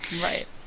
Right